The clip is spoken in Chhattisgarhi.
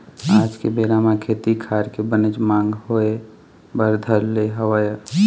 आज के बेरा म खेती खार के बनेच मांग होय बर धर ले हवय